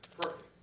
Perfect